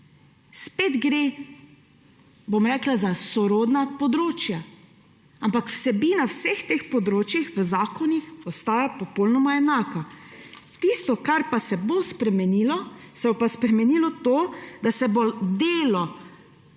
Spet gre, bom rekla, za sorodna področja. Ampak vsebina vseh teh področij v zakonih ostaja popolnoma enaka. Tisto, kar pa se bo spremenilo, se bo pa spremenilo to, da se bo delo